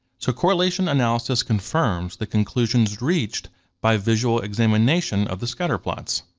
so correlation analysis confirms the conclusions reached by visual examination of the scatterplots.